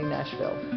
Nashville